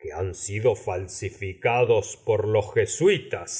que han sido falsificados por los jesuitas